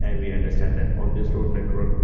and we understand that on this road network,